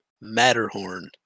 Matterhorn